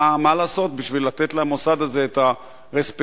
מה לעשות בשביל לתת למוסד הזה את הריספקטביליות.